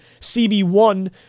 CB1